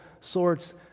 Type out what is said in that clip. sorts